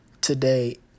today